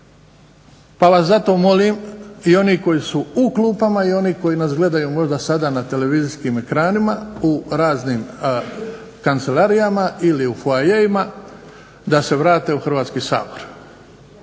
Pa vas zato molim i oni koji su u klupama i oni koji nas gledaju sada na televizijskim ekranima u raznim kancelarijama ili u foajeima, da se vrate u Hrvatski sabor.